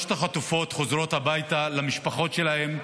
החטופות חוזרות הביתה למשפחות שלהן,